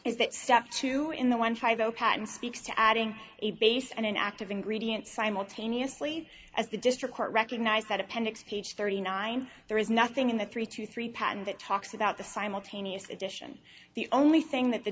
that step two in the one and speaks to adding a base and an active ingredient simultaneously as the district court recognized that appendix page thirty nine there is nothing in the three to three patent that talks about the simultaneous addition the only thing that the